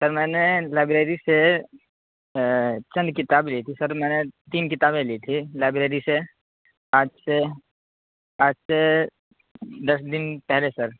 سر میں نے لائبریری سے چند کتاب لی تھی سر میں نے تین کتابیں لی تھی لائبریری سے آج سے آج سے دس دن پہلے سر